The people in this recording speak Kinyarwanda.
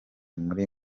muri